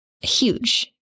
huge